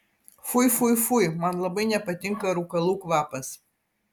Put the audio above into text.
fui fui fui man labai nepatinka rūkalų kvapas